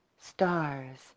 stars